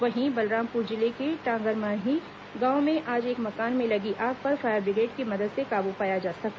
वहीं बलरामपुर जिले के टांगरमहरी गांव में आज एक मकान में लगी आग पर फायर बिग्रेड की मदद से काबू पाया जा सका